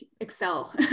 excel